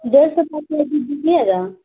ڈیرھ سو روپئے کے جی دیجیے گا